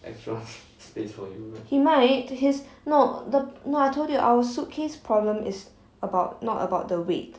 he might his no the no I told you our suitcase problem is about not about the weight